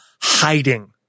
hiding